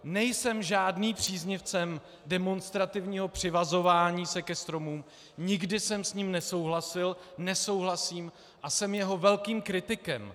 Nejsem žádným příznivcem demonstrativního přivazování se ke stromům, nikdy jsem s ním nesouhlasil, nesouhlasím a jsem jeho velkým kritikem.